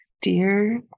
dear